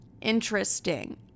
interesting